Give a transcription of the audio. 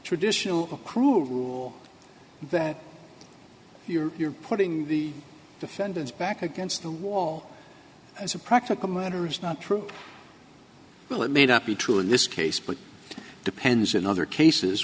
traditional accrual rule that you're putting the defendants back against the wall as a practical matter is not true well it may not be true in this case but it depends in other cases